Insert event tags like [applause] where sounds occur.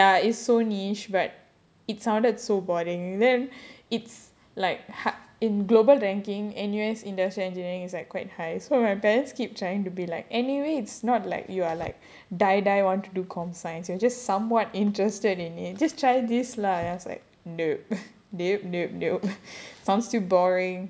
[breath] ya it's so niche but it sounded so boring then it's like hard in global ranking N_U_S industrial engineering is like quite high so my parents keep trying to be like anyway it's not like you are like die die want to do computer science you're just somewhat interested in it just try this lah then I was like no nop nop nop sounds too boring